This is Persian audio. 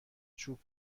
چوب